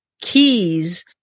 keys